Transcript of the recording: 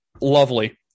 Lovely